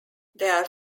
there